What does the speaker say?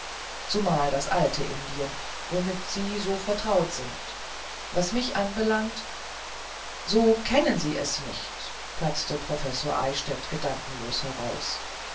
zumal das alte indien womit sie so vertraut sind was mich anbelangt so kennen sie es nicht platzte professor eichstädt gedankenlos heraus